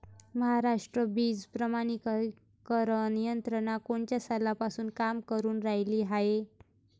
महाराष्ट्रात बीज प्रमानीकरण यंत्रना कोनच्या सालापासून काम करुन रायली हाये?